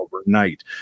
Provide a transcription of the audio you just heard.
overnight